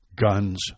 Guns